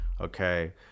okay